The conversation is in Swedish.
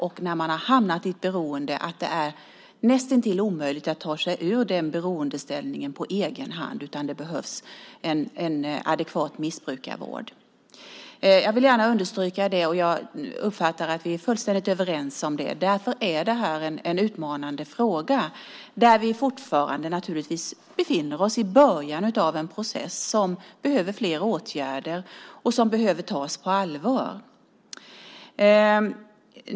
När man har hamnat i ett beroende är det näst intill omöjligt att ta sig ur det beroendet på egen hand, utan det behövs en adekvat missbrukarvård. Jag vill gärna understryka det, och jag uppfattar att vi är fullständigt överens om det. Därför är det här en utmanande fråga där vi fortfarande naturligtvis befinner oss i början av en process som behöver flera åtgärder och som behöver tas på allvar.